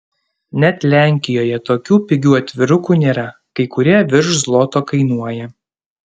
net lenkijoje tokių pigių atvirukų nėra kai kurie virš zloto kainuoja